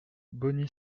bogny